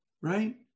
right